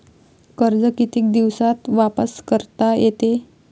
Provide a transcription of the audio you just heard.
कर्ज कितीक दिवसात वापस करता येते?